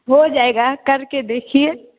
हो जाएगा करके देखिए